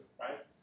right